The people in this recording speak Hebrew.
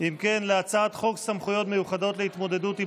אם כן להצעת חוק סמכויות מיוחדות להתמודדות עם